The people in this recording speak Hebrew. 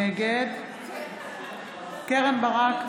נגד קרן ברק,